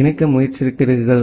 இணைக்க முயற்சிக்கிறீர்கள்